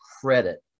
credit